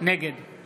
נגד